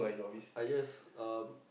I just um